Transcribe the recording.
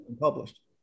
published